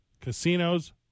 casinos